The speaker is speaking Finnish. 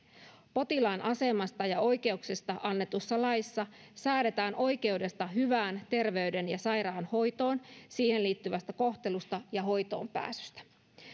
potilaan asemasta ja oikeuksista annetussa laissa säädetään oikeudesta hyvään terveyden ja sairaanhoitoon siihen liittyvästä kohtelusta ja hoitoon pääsystä